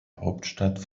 hauptstadt